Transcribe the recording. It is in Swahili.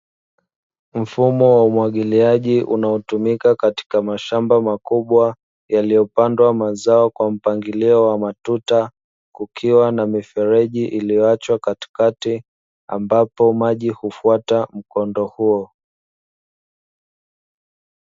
Mfumo wa umwagiliaji unaotumika katika mashamba makubwa yaliyopandwa mazao kwa mpangilio wa matuta kukiwa na mifereji iliyoachwa katikati ambapo maji hufuata mkondo huo.